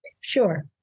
Sure